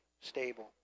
stable